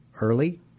early